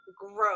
gross